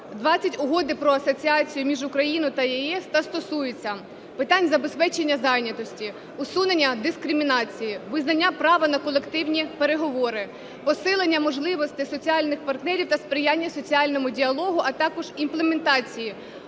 420 Угоди про асоціацію між Україною та ЄС, та стосується питань забезпечення зайнятості, усунення дискримінації, визнання права на колективні переговори, посилення можливості соціальних партнерів та сприяння соціальному діалогу, а також імплементації